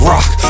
Rock